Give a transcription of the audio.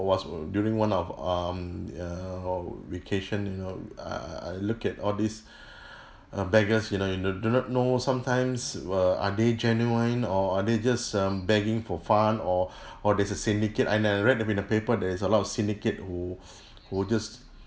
it was during one of um err vacation you know err I look at all these uh beggars you know you do not know sometimes err are they genuine or are they just uh begging for fun or or there's a syndicate and I read them in the paper there is a lot of syndicate who who just